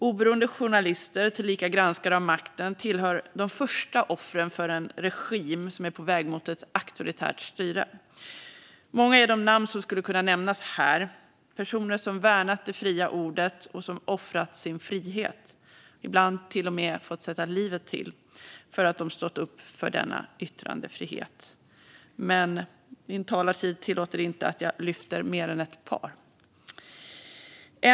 Oberoende journalister tillika granskare av makten tillhör de första offren för en regim som är på väg mot ett auktoritärt styre. Många är de namn som skulle kunna nämnas här, personer som värnat det fria ordet och som offrat sin frihet, ibland till och med fått sätta livet till, för att de stått upp för denna yttrandefrihet. Men min talartid tillåter inte att jag lyfter fram mer än ett par av dem.